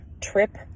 trip